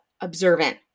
observant